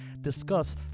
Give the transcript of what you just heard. discuss